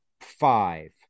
five